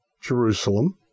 Jerusalem